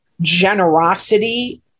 generosity